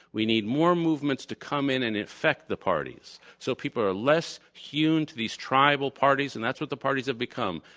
we need more movements to come in and affect the parties so people are less hewn to these tribal parties and that's what the parties have become,